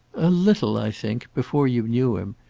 a little i think before you knew him.